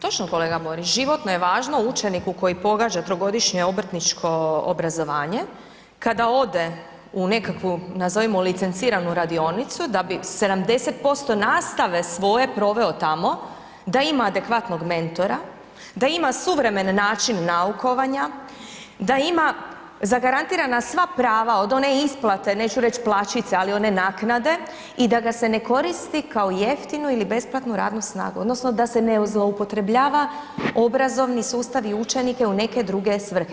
Točno, kolega Borić, životno je važno učeniku koji pohađa trogodišnje obrtničko obrazovanje, kada ode u nekakvu nazovimo licenciranu radionicu, da bi 70% nastave svoje proveo tamo da ima adekvatnom mentora, da ima suvremen način naukovanja, da ima zagarantirana sva prava od one isplate, neću reći plaćice, ali one naknade i da ga se ne koristi kao jeftinu ili besplatnu radnu snagu, odnosno da se ne zloupotrebljava obrazovni sustav i učenike u neke druge svrhe.